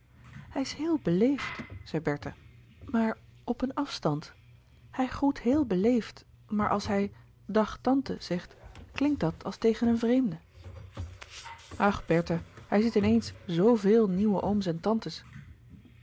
hij is heel beleefd zei bertha maar op een afstand hij groet heel beleefd maar als hij dag tante zegt klinkt dat als tegen een vreemde ach bertha hij ziet in eens zoo veel nieuwe ooms en tantes